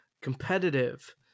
competitive